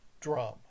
drum